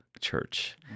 church